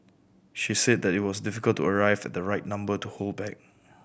she said that it was difficult to arrive at the right number to hold back